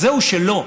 אז זהו שלא.